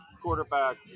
Quarterback